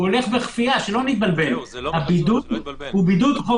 והוא הולך בכפייה - זה הרי בידוד חובה.